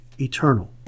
eternal